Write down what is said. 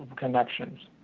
connections.